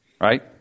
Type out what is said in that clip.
Right